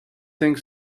think